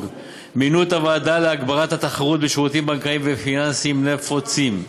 מינו את הוועדה להגברת התחרות בשירותים בנקאיים ופיננסיים נפוצים.